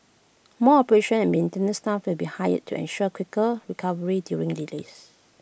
more operations and maintenance staff will be hired to ensure quicker recovery during delays